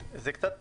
זה קצת